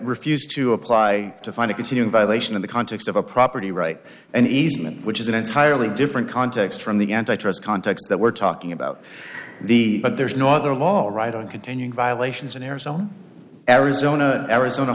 refused to apply to find a consumer violation in the context of a property right and easement which is an entirely different context from the antitrust context that we're talking about the but there's no other all right on continuing violations in arizona arizona arizona